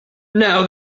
now